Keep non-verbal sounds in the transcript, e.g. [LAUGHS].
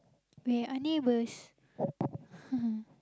we are nieghbours [LAUGHS]